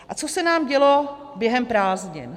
A co se nám dělo během prázdnin?